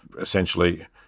essentially